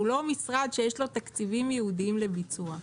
הוא לא משרד שיש לו תקציבים ייעודיים לביצוע.